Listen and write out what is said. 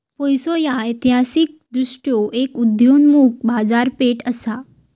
पैसो ह्या ऐतिहासिकदृष्ट्यो एक उदयोन्मुख बाजारपेठ असा